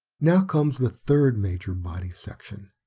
now comes the third major body section.